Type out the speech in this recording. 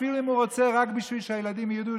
אפילו אם הוא רוצה רק בשביל שהילדים ידעו